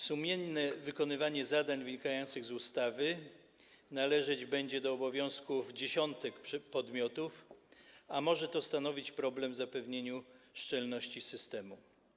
Sumienne wykonywanie zadań wynikających z ustawy będzie należeć do obowiązków dziesiątek podmiotów, co może stanowić problem w zapewnieniu szczelności systemu.